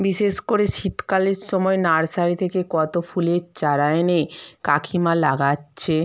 বিশেষ করে শীতকালের সময় নার্সারি থেকে কত ফুলের চারা এনে কাকিমা লাগাচ্ছে